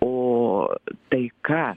o taika